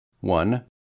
one